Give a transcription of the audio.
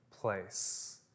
place